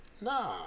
Nah